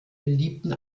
beliebten